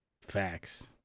Facts